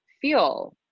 feel